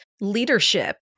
leadership